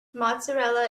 mozzarella